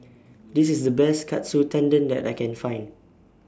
This IS The Best Katsu Tendon that I Can Find